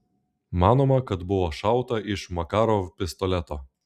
manoma kad buvo šauta iš makarov pistoleto